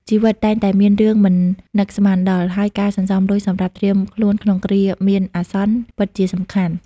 ជីវិតតែងតែមានរឿងមិននឹកស្មានដល់ ហើយការសន្សំលុយសម្រាប់ត្រៀមខ្លួនក្នុងគ្រាមានអាសន្នពិតជាសំខាន់ ។